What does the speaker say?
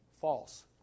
false